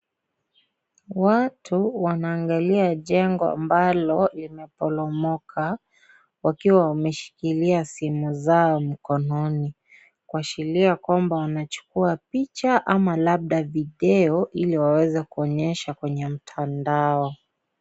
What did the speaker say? Watu wanaangalia jengo ambalo limeporomoka, wakiwa wameshikilia simu zao mkononi, kuashiria kwamba wanachukua picha ama labda video, ili waweze kuonyesha kwenye mtandao.